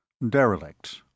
Derelict